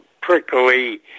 prickly